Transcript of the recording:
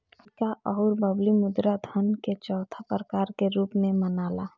सिक्का अउर बबली मुद्रा धन के चौथा प्रकार के रूप में मनाला